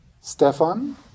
Stefan